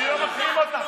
אני לא מחרים אותך.